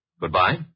Goodbye